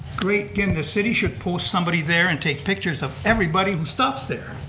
great, then the city should pull somebody there and take pictures of everybody who stops there.